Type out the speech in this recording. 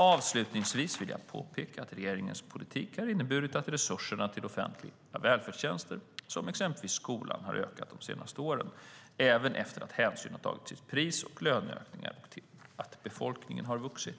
Avslutningsvis vill jag påpeka att regeringens politik har inneburit att resurserna till offentliga välfärdstjänster som exempelvis skola har ökat de senaste åren, även efter att hänsyn tagits till pris och löneökningar och till att befolkningen vuxit.